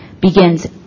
begins